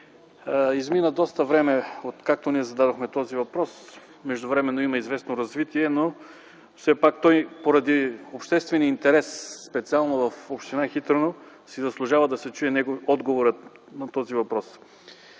Измина доста време, откакто зададохме този въпрос, междувременно има известно развитие, но поради обществения интерес специално в община Хитрино си заслужава да се чуе отговорът на този въпрос.